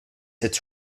it’s